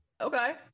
Okay